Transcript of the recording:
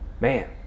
man